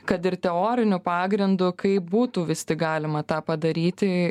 kad ir teoriniu pagrindu kaip būtų vis tik galima tą padaryti